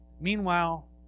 meanwhile